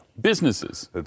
Businesses